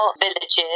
villages